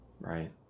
Right